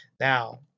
Now